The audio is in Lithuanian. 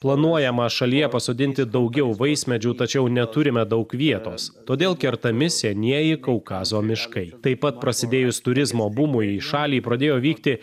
planuojama šalyje pasodinti daugiau vaismedžių tačiau neturime daug vietos todėl kertami senieji kaukazo miškai taip pat prasidėjus turizmo bumui į šalį pradėjo vykti